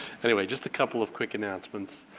anyway, just a couple of quick announcements.